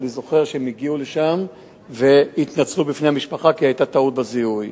אני זוכר שהם הגיעו לשם והתנצלו בפני המשפחה כי היתה טעות בזיהוי.